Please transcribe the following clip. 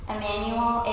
Emmanuel